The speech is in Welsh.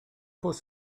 bws